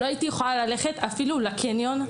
לא יכולתי ללכת אפילו לקניון,